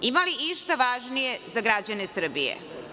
Ima li išta važnije za građane Srbije?